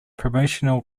promotional